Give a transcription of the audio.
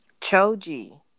Choji